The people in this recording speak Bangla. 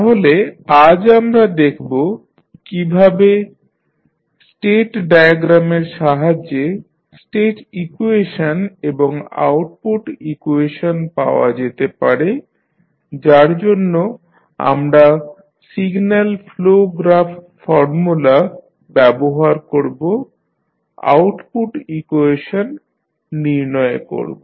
তাহলে আজ আমরা দেখবো কীভাবে স্টেট ডায়াগ্রামের সাহায্যে স্টেট ইকুয়েশন এবং আউটপুট ইকুয়েশন পাওয়া যেতে পারে যার জন্য আমরা সিগন্যাল ফ্লো গ্রাফ ফর্মুলা ব্যবহার করব আউটপুট ইকুয়েশন নির্ণয় করব